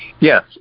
Yes